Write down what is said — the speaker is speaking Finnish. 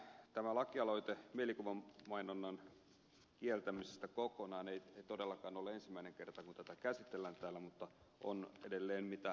tämä lakialoite mielikuvan mainonnan kieltämistä kokonaan ei todellakaan ole ensimmäinen kerta kun tätä lakialoitetta mielikuvamainonnan kieltämisestä kokonaan käsitellään täällä mutta aloite on edelleen mitä kannatettavin